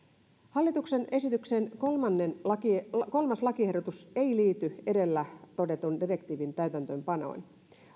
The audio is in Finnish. hallituksen esityksen kolmas lakiehdotus kolmas lakiehdotus ei liity edellä todetun direktiivin täytäntöönpanoon